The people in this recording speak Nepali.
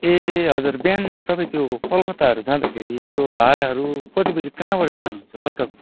ए हजुर बिहान तपाईँ त्यो कलकत्ताहरू जाँदाखेरि त्यो भाडाहरू कति बजी कहाँबाट जानुहुन्छ होला तपाईँ